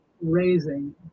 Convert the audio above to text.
raising